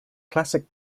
classic